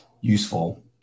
useful